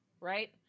right